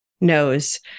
knows